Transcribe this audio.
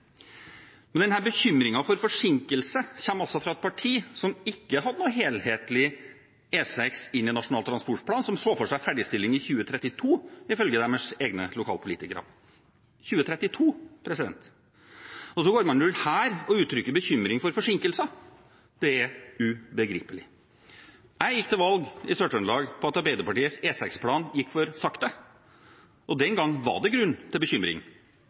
forsinkelse kommer fra et parti som ikke la noe helhetlig for E6 inn i Nasjonal transportplan, og som så for seg ferdigstilling i 2032, ifølge deres egne lokalpolitikere – 2032! Så går man rundt her og uttrykker bekymring for forsinkelser. Det er ubegripelig. Jeg gikk til valg i Sør-Trøndelag på at Arbeiderpartiets E6-plan gikk for sakte. Den gang var det grunn til bekymring.